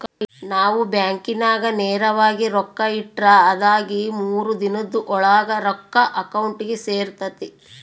ನಾವು ಬ್ಯಾಂಕಿನಾಗ ನೇರವಾಗಿ ರೊಕ್ಕ ಇಟ್ರ ಅದಾಗಿ ಮೂರು ದಿನುದ್ ಓಳಾಗ ರೊಕ್ಕ ಅಕೌಂಟಿಗೆ ಸೇರ್ತತೆ